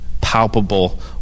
palpable